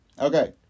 Okay